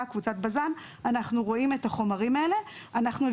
הם מזהמים והם